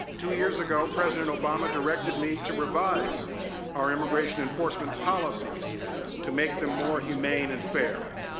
two years ago president obama directed me to revise our immigration enforcement policies to make them more humane and fair.